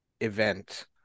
event